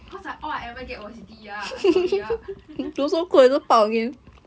because I all I ever get was D ah sorry ah